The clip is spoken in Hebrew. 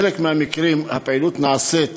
בחלק מהמקרים הפעילות נעשית